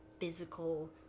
physical